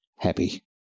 Happy